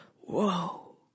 Whoa